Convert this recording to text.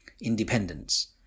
independence